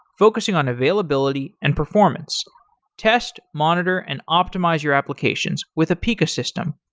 focusing on availability and performance test, monitor, and optimize your applications with apica system.